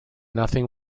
nothing